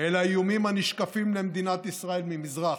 אל האיומים הנשקפים למדינת ישראל ממזרח,